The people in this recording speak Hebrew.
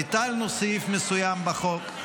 ביטלנו סעיף מסוים בחוק,